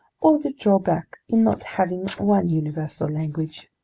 or the drawback in not having one universal language!